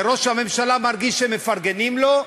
וראש הממשלה מרגיש שמפרגנים לו,